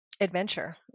adventure